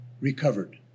recovered